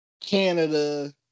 Canada